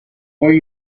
poi